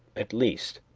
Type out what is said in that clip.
at least,